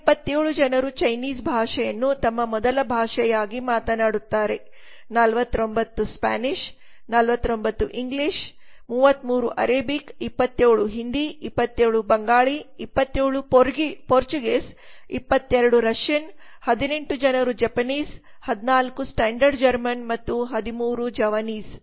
127 ಜನರು ಚೈನೀಸ್ ಭಾಷೆಯನ್ನು ತಮ್ಮ ಮೊದಲ ಭಾಷೆಯಾಗಿ ಮಾತನಾಡುತ್ತಾರೆ 49 Spanish 49 English 33 Arabic 27 Hindi 27 Bengali 27 Portuguese 22 Russian 18 Japanese 14 standard German ಮತ್ತು 13 ಜಾವಾನೀಸ್